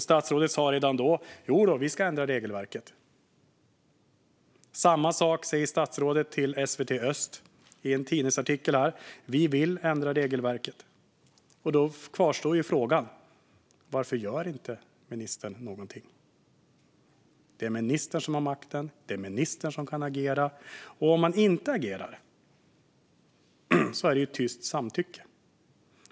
Statsrådet sa redan då: Jodå, vi ska ändra regelverket. Samma sak säger statsrådet till SVT Nyheter Öst enligt en tidningsartikel här: Vi vill ändra regelverket. Då kvarstår frågan: Varför gör inte ministern någonting? Det är ministern som har makten. Det är ministern som kan agera. Om han inte agerar är det tyst samtycke.